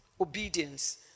Obedience